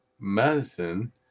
medicine